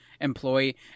employee